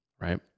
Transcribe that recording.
right